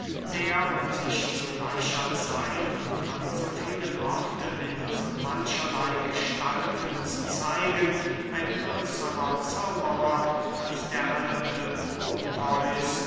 der um sich zu gleicher zeit und an so vielen orten in so mancherley gestalten zu zeigen ein größerer zauberer als der alte proteus